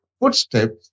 footsteps